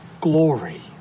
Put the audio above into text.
Glory